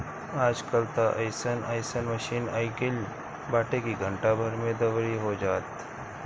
आज कल त अइसन अइसन मशीन आगईल बाटे की घंटा भर में दवरी हो जाता